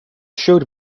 showed